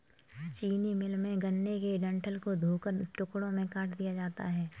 चीनी मिल में, गन्ने के डंठल को धोकर टुकड़ों में काट दिया जाता है